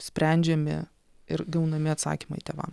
sprendžiami ir gaunami atsakymai tėvam